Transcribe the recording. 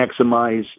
maximize